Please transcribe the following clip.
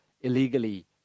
illegally